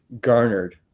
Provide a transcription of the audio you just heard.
garnered